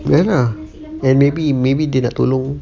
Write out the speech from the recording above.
ya lah and maybe maybe dia nak tolong